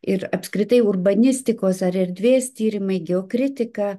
ir apskritai urbanistikos ar erdvės tyrimai geokritika